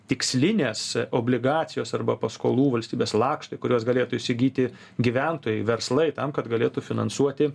tikslinės obligacijos arba paskolų valstybės lakštai kuriuos galėtų įsigyti gyventojai verslai tam kad galėtų finansuoti